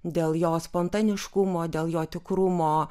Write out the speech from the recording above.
dėl jo spontaniškumo dėl jo tikrumo